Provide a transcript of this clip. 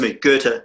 goethe